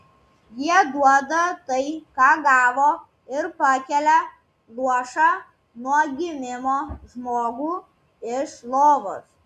jie duoda tai ką gavo ir pakelia luošą nuo gimimo žmogų iš lovos